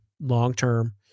long-term